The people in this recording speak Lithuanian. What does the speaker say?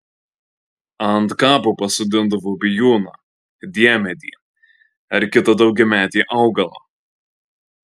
ant kapo pasodindavo bijūną diemedį ar kitą daugiametį augalą